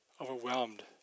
overwhelmed